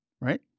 right